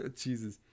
Jesus